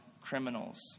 criminals